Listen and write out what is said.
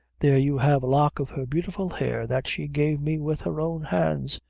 there you have a lock of her beautiful hair that she gave me with her own hands.